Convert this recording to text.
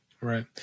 Right